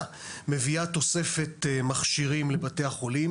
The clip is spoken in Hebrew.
מביאה תוספת מכשירים לבתי החולים.